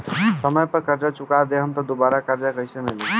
समय पर कर्जा चुका दहम त दुबाराकर्जा कइसे मिली?